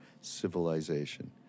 civilization